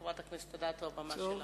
חברת הכנסת אדטו, הבמה שלך.